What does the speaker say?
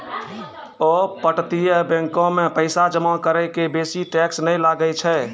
अपतटीय बैंको मे पैसा जमा करै के बेसी टैक्स नै लागै छै